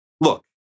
look